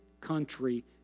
country